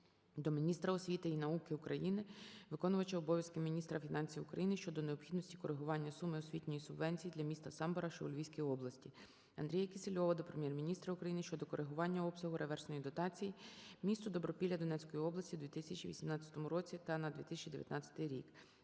міністра освіти і науки України, виконувача обов'язків міністра фінансів України щодо необхідності коригування суми освітньої субвенції для міста Самбора, що у Львівській області. АндріяКісельова до Прем'єр-міністра України щодо коригування обсягу реверсної дотації місту Добропілля Донецької області у 2018 році та на 2019 рік.